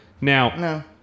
Now